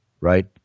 right